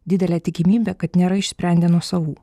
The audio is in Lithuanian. didelė tikimybė kad nėra išsprendę nuosavų